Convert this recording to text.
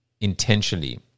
intentionally